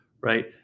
right